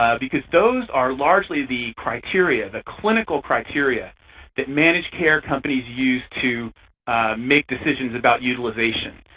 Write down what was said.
um because those are largely the criteria, the clinical criteria that managed care companies use to make decisions about utilization.